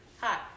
Hi